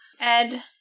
Ed